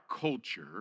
culture